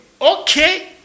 Okay